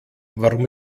warum